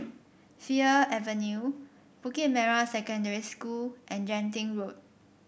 Fir Avenue Bukit Merah Secondary School and Genting Road